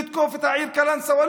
לתקוף את העיר קלנסווה,